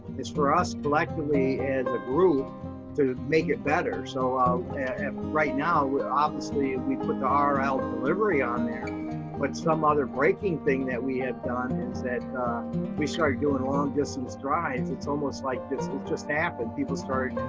is for us collectively as a group to make it better. so um and right now, obviously, and we put um ah rl delivery on there, but some other breaking thing that we had done is that we started doing long-distance drives. it's almost like this just happened. people started